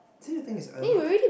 didn't you think is I don't like